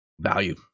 Value